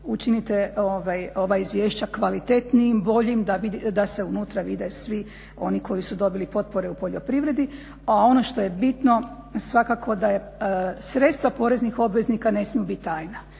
učinite ova izvješća kvalitetnijim, boljim, da se unutra vide svi oni koji su dobili potpore u poljoprivredi, a ono što je bitno svakako da je sredstva poreznih obveznika ne smiju biti tajna.